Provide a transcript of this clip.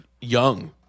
young